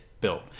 built